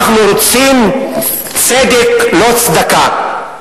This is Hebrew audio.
אנחנו רוצים צדק, לא צדקה.